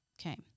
Okay